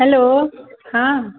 hello हाँ